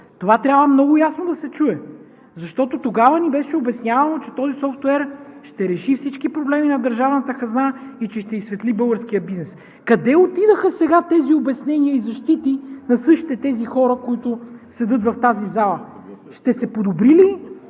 Това трябва много ясно да се чуе, защото тогава ни беше обяснявано, че този софтуер ще реши всички проблеми на държавната хазна и че ще изсветли българския бизнес. Къде отидоха сега тези обяснения и защити на същите тези хора, които седят в тази зала? С тази